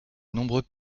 nombreux